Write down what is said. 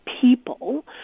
people